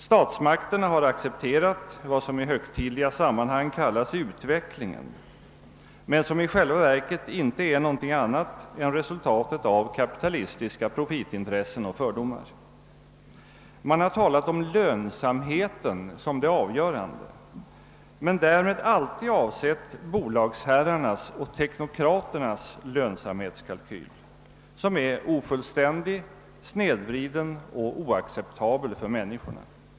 Statsmakterna har accepterat vad som i högtidliga sammanhang kallas »utvecklingen» men som i själva verket inte är något annat än resultatet av kapitalistiska profitintressen och fördomar. Man har talat om lönsamheten som det avgörande men därmed alltid avsett bolagsherrarnas och = teknokraternas lönsamhetskalkyl, som är ofullständig, snedvriden och oacceptabel för människorna.